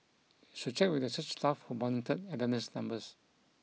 should check with the church staff who monitored attendance numbers